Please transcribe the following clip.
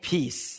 Peace